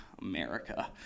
America